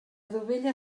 dovella